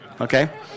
Okay